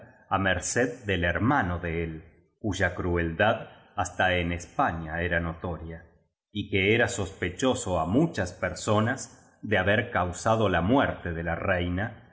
mer ced del hermano de él cuya crueldad hasta en españa era no toria y que era sospechoso á muchas personas de haber cau sado la muerte de la reina